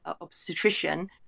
obstetrician